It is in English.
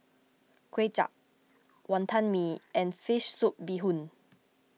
Kway Chap Wonton Mee and Fish Soup Bee Hoon